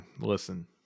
listen